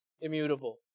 immutable